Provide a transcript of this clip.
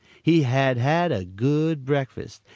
he had had a good breakfast,